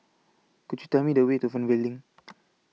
Could YOU Tell Me The Way to Fernvale LINK